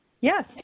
Yes